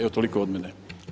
Evo, toliko od mene.